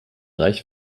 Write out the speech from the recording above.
reich